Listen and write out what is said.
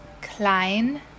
klein